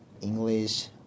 English